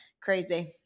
Crazy